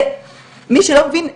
ומי שלא מבין,